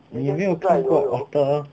你没有看过 otter